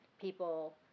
people